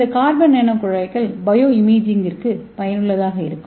இந்த கார்பன் நானோகுழாய்கள் பயோ இமேஜிங்கிற்கு பயனுள்ளதாக இருக்கும்